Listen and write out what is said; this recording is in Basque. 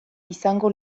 izango